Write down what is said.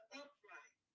upright